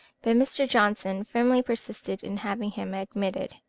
but mr. johnson firmly persisted in having him admitted.